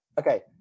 Okay